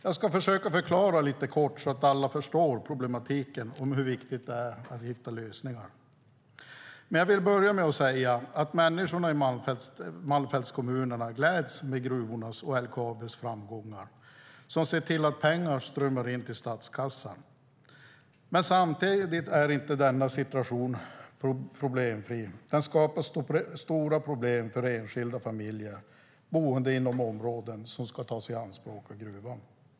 Jag ska försöka förklara lite kort, så att alla förstår problematiken och hur viktigt det är att hitta lösningar. Jag vill dock börja med att säga att människorna i Malmfältskommunerna gläds med gruvornas och LKAB:s framgångar, som ser till att pengar strömmar in till statskassan. Men samtidigt är inte denna situation problemfri - den skapar stora problem för enskilda och familjer boende inom områden som ska tas i anspråk av gruvan.